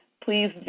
please